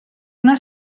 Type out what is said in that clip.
una